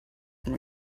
from